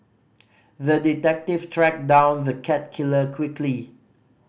the detective tracked down the cat killer quickly